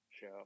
show